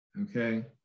Okay